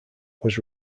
was